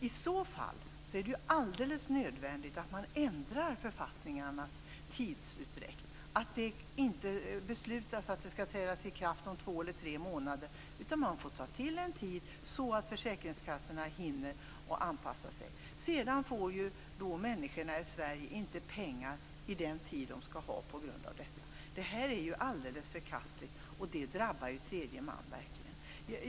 I så fall är det helt nödvändigt att ändra författningarnas tidsutdräkt, att det inte beslutas att de skall träda i kraft om två eller tre månader utan att man tar till den tiden att försäkringskassorna hinner anpassa sig. Människor i Sverige får inte pengar i tid på grund av detta. Det är helt förkastligt, och det drabbar verkligen tredje man.